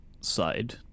side